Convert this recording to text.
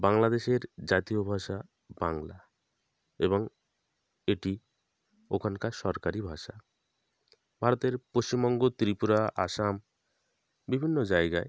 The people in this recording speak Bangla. বাংলাদেশের জাতীয় ভাষা বাংলা এবং এটি ওখানকার সরকারি ভাষা ভারতের পশ্চিমবঙ্গ ত্রিপুরা আসাম বিভিন্ন জায়গায়